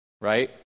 right